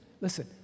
Listen